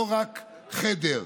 לא רק חדר,